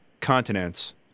continents